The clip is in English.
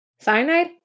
cyanide